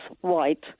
white